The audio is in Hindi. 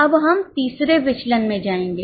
अब हम तीसरे विचलन में जाएंगे